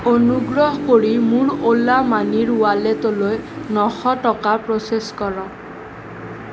অনুগ্ৰহ কৰি মোৰ অ'লা মানিৰ ৱালেটলৈ নশ টকা প্ৰ'চেছ কৰক